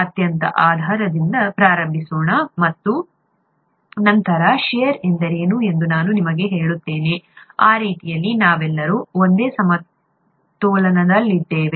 ಅತ್ಯಂತ ಆಧಾರದಿಂದ ಪ್ರಾರಂಭಿಸೋಣ ಮತ್ತು ನಂತರ ಷೇರ್ ಎಂದರೇನು ಎಂದು ನಾನು ನಿಮಗೆ ಹೇಳುತ್ತೇನೆ ಆ ರೀತಿಯಲ್ಲಿ ನಾವೆಲ್ಲರೂ ಒಂದೇ ಸಮತಲದಲ್ಲಿದ್ದೇವೆ